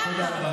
למה?